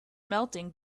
melting